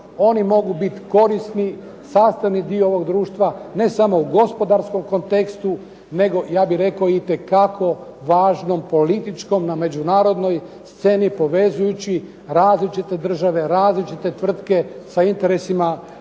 Oni mogu biti korisni, sastavni dio ovog društva ne samo u gospodarskom kontekstu, nego ja bih rekao itekako važnom političkom, na međunarodnoj sceni povezujući različite države, različite tvrtke sa interesima hrvatskog